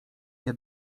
nie